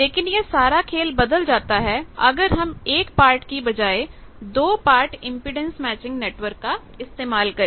लेकिन यह सारा खेल बदल जाता है अगर हम एक पार्ट की बजाय 2 पार्ट इंपेडेंस मैचिंग नेटवर्क का इस्तेमाल करें